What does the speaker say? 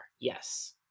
Yes